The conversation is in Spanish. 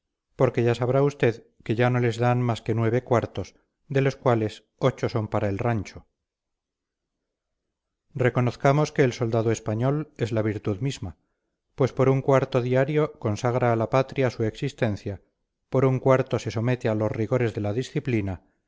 porque ya sabrá usted que ya no les dan más que nueve cuartos de los cuales ocho son para el rancho reconozcamos que el soldado español es la virtud misma pues por un cuarto diario consagra a la patria su existencia por un cuarto se somete a los rigores de la disciplina